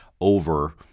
over